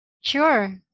Sure